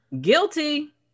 guilty